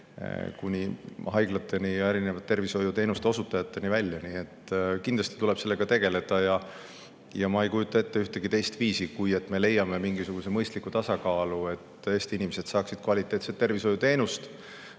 haiglate ja tervishoiuteenuste osutajateni välja. Kindlasti tuleb sellega tegeleda. Ma ei kujuta ette ühtegi teist viisi, kui et me leiame mingisuguse mõistliku tasakaalu, et Eesti inimesed saaksid kvaliteetset tervishoiuteenust.